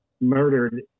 murdered